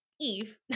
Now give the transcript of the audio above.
eve